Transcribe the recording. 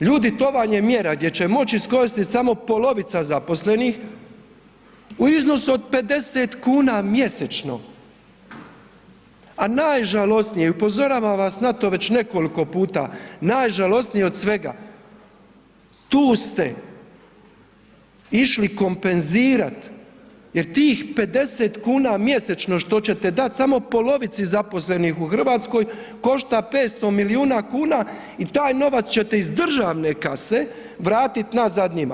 Ljudi, to vam je mjera gdje će moći iskoristiti samo polovica zaposlenih u iznosu od 50 kuna mjesečno, a najžalosnije i upozoravam vas na to već nekoliko puta, najžalosnije od svega, tu ste išli kompenzirati jer tih 50 kuna mjesečno što ćete dat samo polovici zaposlenih u Hrvatskoj, košta 500 milijuna kuna i taj novac ćete iz državne kase vratiti nazad njima.